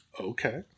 okay